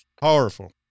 Powerful